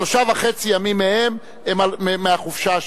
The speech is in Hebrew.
שלושה ימים וחצי מהם הם מהחופשה השנתית,